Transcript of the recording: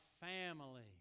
family